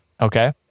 Okay